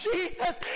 Jesus